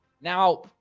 Now